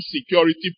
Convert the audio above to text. security